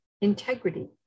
integrity